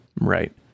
Right